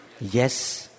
Yes